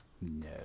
No